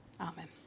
Amen